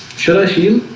sure, he'll